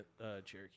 Cherokee